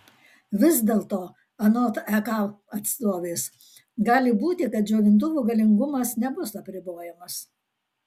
vis dėlto anot ek atstovės gali būti kad džiovintuvų galingumas nebus apribojamas